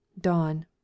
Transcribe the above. dawn